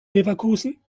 leverkusen